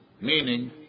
meaning